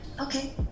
okay